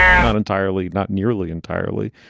not entirely, not nearly entirely,